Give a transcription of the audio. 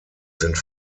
sind